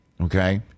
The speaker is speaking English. Okay